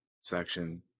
section